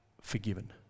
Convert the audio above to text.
forgiven